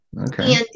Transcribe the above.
Okay